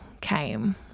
came